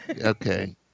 okay